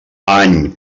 any